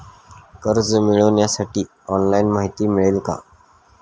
कर्ज मिळविण्यासाठी ऑनलाइन माहिती मिळेल का?